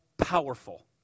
powerful